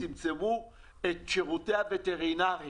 צמצמו את השירותים הווטרינריים,